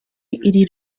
iri